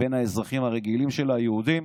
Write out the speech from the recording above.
בין האזרחים הרגילים שלה, היהודים,